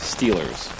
Steelers